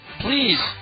please